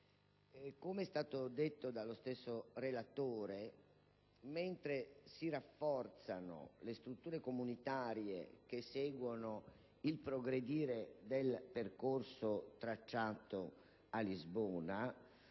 come è stato detto dallo stesso relatore, mentre si rafforzano le strutture comunitarie che seguono il progredire del percorso tracciato a Lisbona